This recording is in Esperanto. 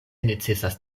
necesas